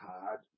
hard